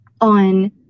on